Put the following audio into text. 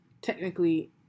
technically